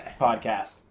podcast